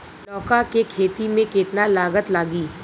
लौका के खेती में केतना लागत लागी?